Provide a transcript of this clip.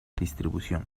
distribución